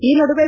ಈ ನಡುವೆ